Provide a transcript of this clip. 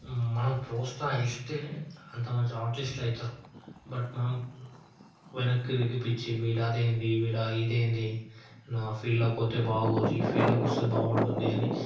మనం ప్రోత్సహిస్తేనే అంత మంచి ఆర్టిస్ట్లైతారు బట్ మనం వెనక్కి దిగిపిచ్చి వీడు ఆదేంది వీడు ఇదేంది నువ్వు ఆ ఫీల్డ్లోకి పోతే బాగోదు ఈ ఫీల్డ్లోకి వస్తే బాగుంటుంది అని